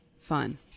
fun